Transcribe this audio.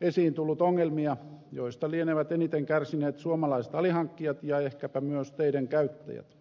esiin tullut ongelmia joista lienevät eniten kärsineet suomalaiset alihankkijat ja ehkäpä myös teiden käyttäjät